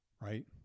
right